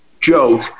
joke